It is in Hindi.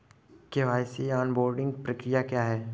के.वाई.सी ऑनबोर्डिंग प्रक्रिया क्या है?